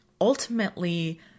ultimately